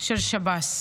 של שב"ס.